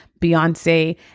Beyonce